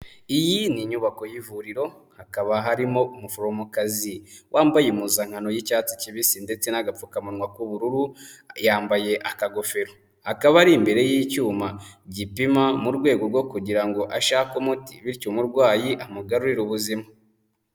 Iyi ni inyubako y'ivuriro hakaba harimo umuforomokazi wambaye impuzankano y'icyatsi kibisi ndetse n'agapfukamunwa k'ubururu yambaye akagofero, akaba ari imbere y'icyuma gipima mu rwego rwo kugira ngo ashake umuti bityo umurwayi amugarurira ubuzima.